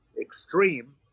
extreme